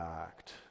act